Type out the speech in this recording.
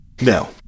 No